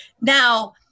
Now